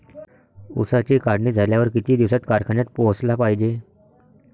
ऊसाची काढणी झाल्यावर किती दिवसात कारखान्यात पोहोचला पायजे?